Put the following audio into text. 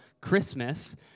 Christmas